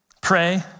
Pray